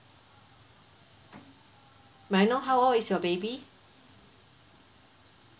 may I know how old is your baby